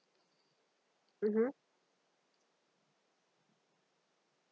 mmhmm